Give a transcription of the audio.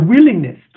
willingness